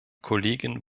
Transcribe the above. kollegin